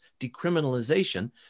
decriminalization